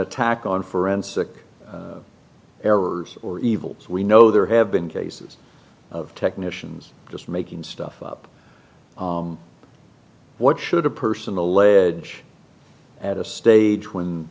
a tack on forensic errors or evil as we know there have been cases of technicians just making stuff up what should a person the ledge at a stage when